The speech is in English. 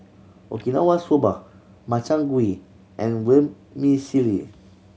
Okinawa Soba Makchang Gui and Vermicelli